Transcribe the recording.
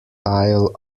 tile